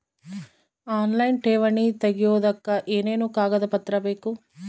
Online ಠೇವಣಿ ತೆಗಿಯೋದಕ್ಕೆ ಏನೇನು ಕಾಗದಪತ್ರ ಬೇಕು?